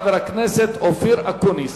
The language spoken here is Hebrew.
חבר הכנסת אופיר אקוניס.